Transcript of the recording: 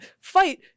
fight